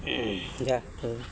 যাক লৈ